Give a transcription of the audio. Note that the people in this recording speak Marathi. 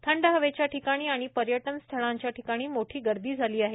थंड हवेच्या ठिकाणी आणि पर्यटन स्थळांचे मोठी गर्दी झाली आहे